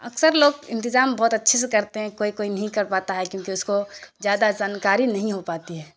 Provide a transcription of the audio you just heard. اکثر لوگ انتظام بہت اچھے سے کرتے ہیں کوئی کوئی نہیں کر پاتا ہے کیوں کہ اس کو زیادہ جانکاری نہیں ہو پاتی ہے